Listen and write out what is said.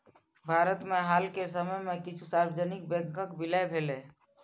भारत मे हाल के समय मे किछु सार्वजनिक बैंकक विलय भेलैए